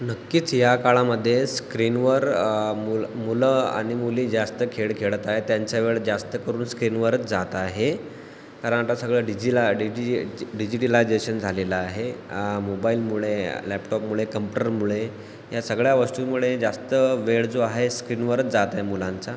नक्कीच या काळामध्ये स्क्रीनवर मुल मुलं आणि मुली जास्त खेळ खेळत आहेत त्यांचा वेळ जास्त करून स्क्रीनवरच जात आहे कारण आता सगळं डीजीला डीजी डिजिटलायजेशन झालेलं आहे मोबाईलमुळे लॅपटॉपमुळे कम्पटरमुळे या सगळ्या वस्तूंमुळे जास्त वेळ जो आहे स्क्रीनवरच जात आहे मुलांचा